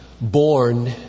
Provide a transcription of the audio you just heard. born